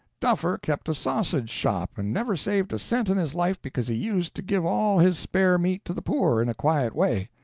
duffer kept a sausage-shop and never saved a cent in his life because he used to give all his spare meat to the poor, in a quiet way.